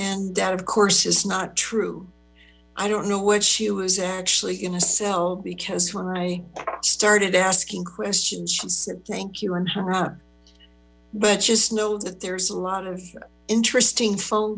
and that of course is not true i don't know what she was actually in a cell because when i started asking questions thank you and her up but just know that there is a lot of interesting phone